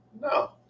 No